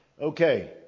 Okay